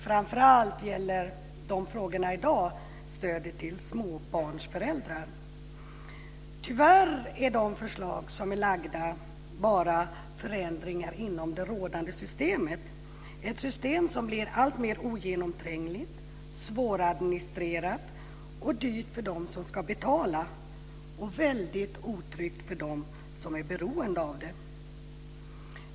Framför allt gäller frågorna i dag stödet till småbarnsföräldrar. Tyvärr är de framlagda förslagen bara förändringar inom det rådande systemet, ett system som blir alltmer ogenomträngligt, svåradministrerat och dyrt för dem som ska betala - och väldigt otryggt för dem som är beroende av det.